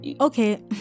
okay